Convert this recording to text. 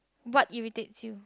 what irritates you